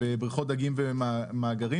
בבריכות דגים ומאגרים,